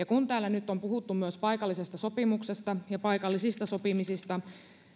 kun täällä nyt on puhuttu myös paikallisesta sopimuksesta ja paikallisista sopimisista